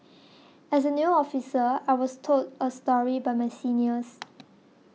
as a new officer I was told a story by my seniors